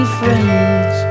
friends